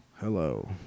Hello